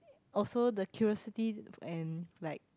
also the curiosity and like